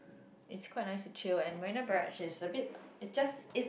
it's quite nice to chill and Marina-Barrage it's a bit it it's just